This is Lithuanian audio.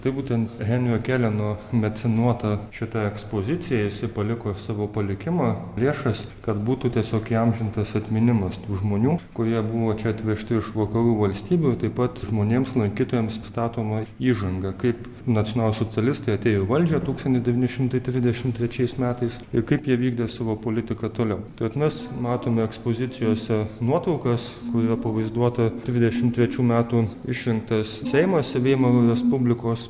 tai būtent henrio keleno mecenuota šita ekspozicija jisai paliko savo palikimą priešas kad būtų tiesiog įamžintas atminimas tų žmonių kurie buvo čia atvežti iš vakarų valstybių taip pat žmonėms lankytojams statoma įžanga kaip nacionalsocialistai atėjo į valdžią tūkstantis devyni šimtai trisdešimt trečiais metais ir kaip jie vykdė savo politiką toliau tad mes matome ekspozicijose nuotraukas kurioj pavaizduota trisdešim trečių metų išrinktas seimas veimaro respublikos